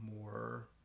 more